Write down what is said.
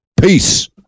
Peace